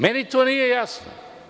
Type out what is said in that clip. Meni to nije jasno.